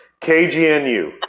KGNU